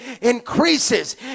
increases